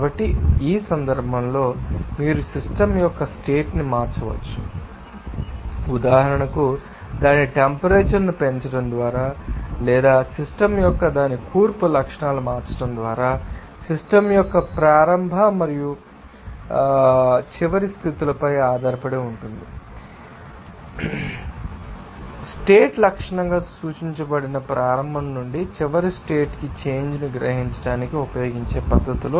కాబట్టి ఈ సందర్భంలో మీరు మీ సిస్టమ్ యొక్క స్టేట్ ని మార్చవచ్చని గుర్తుంచుకోవాలి ఉదాహరణకు దాని టెంపరేచర్ ను పెంచడం ద్వారా లేదా సిస్టమ్ యొక్క దాని కూర్పు లక్షణాలను మార్చడం ద్వారా సిస్టమ్ యొక్క ప్రారంభ మరియు చివరి స్థితులపై ఆధారపడి ఉంటుంది కాని కాదు స్టేట్ లక్షణంగా సూచించబడిన ప్రారంభ నుండి చివరి స్టేట్ కి చేంజ్ ను గ్రహించడానికి ఉపయోగించే పద్ధతిలో